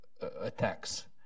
attacks